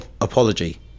apology